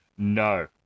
No